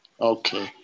Okay